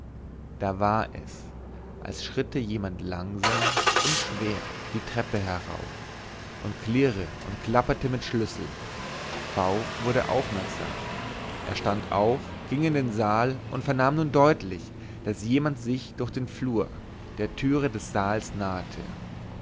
da war es als schritte jemand langsam und schwer die treppe herauf und klirre und klappere mit schlüsseln v wurde aufmerksam er stand auf ging in den saal und vernahm nun deutlich daß jemand sich durch den flur der türe des saals nahte